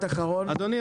אדוני,